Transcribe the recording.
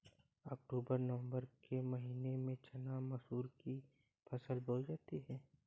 अक्टूबर नवम्बर के महीना में चना मसूर की फसल बोई जाती है?